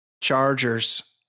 Chargers